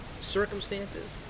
Circumstances